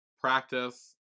practice